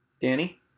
Danny